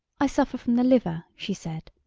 i suffer from the liver, she said.